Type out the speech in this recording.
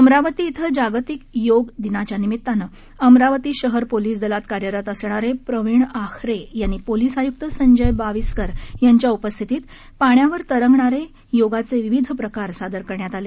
अमरावती इथं जागतिक योग दिनाच्या निमित्तानं अमरावती शहर पोलिस दलात कार्यरत असणारे प्रवीण आखरे यांनी पोलिस आयुक संजय बाविस्कर यांच्या उपस्थितीत पाण्यावर तरंगणारे योगाचे विविध प्रकार सादर करण्ण्यात आले